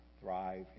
thrive